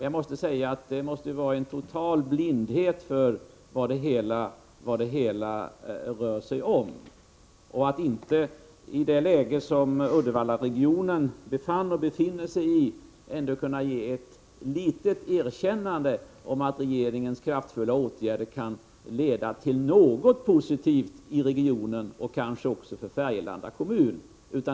Jag måste säga att detta visar på en total blindhet för vad det hela rör sig om. I det läge som Uddevallaregionen befann och befinner sig i kan Ingvar Karlsson inte ge ett litet erkännande, att regeringens kraftfulla åtgärder kan leda till något positivt i regionen och kanske även för Färgelanda kommun.